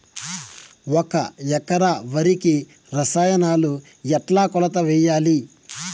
ఒక ఎకరా వరికి రసాయనాలు ఎట్లా కొలత వేయాలి?